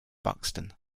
buxton